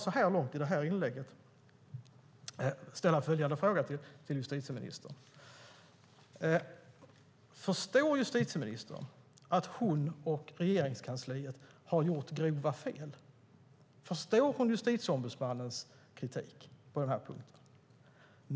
Så här långt vill jag ställa följande fråga till justitieministern: Förstår justitieministern att hon och Regeringskansliet har gjort grova fel? Förstår hon Justitieombudsmannens kritik på den här punkten?